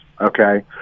okay